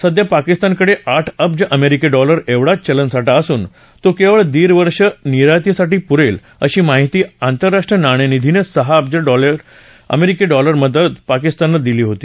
सध्या पाकिस्तानकडे आठ अब्ज अमेरिकी डॉलर एवढाच चलनसाठा असून तो केवळ दीड वर्ष निर्यातीसाठी पुरेल अशी माहिती आंतरराष्ट्रीय नाणेनिधीनं सहा अब्ज अमेरिकी डॉलरची मदत पाकिस्तानला दिली होती